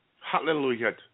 Hallelujah